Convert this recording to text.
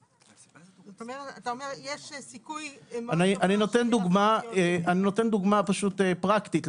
זאת אומרת אתה אומר שיש סיכוי -- אני נותן דוגמה פשוט פרקטית,